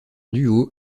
duo